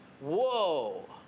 Whoa